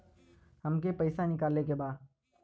हमके पैसा निकाले के बा